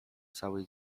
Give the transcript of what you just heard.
cały